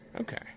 Okay